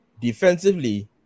defensively